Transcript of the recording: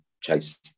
chase